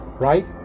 right